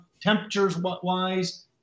temperatures-wise